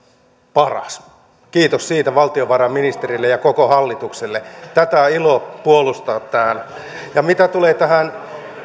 paras kiitos siitä valtiovarainministerille ja koko hallitukselle tätä on ilo puolustaa täällä mitä tulee tähän